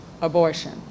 abortion